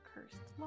Cursed